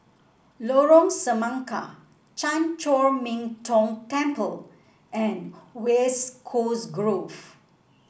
Lorong Semangka Chan Chor Min Tong Temple and West Coast Grove